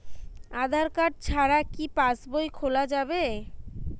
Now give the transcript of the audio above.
আধার card ছাড়া কি পাসবই খোলা যাবে কি?